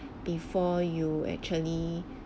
before you actually